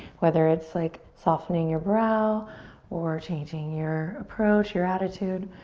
whether it's like softening your brow or changing your approach, your attitude.